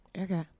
okay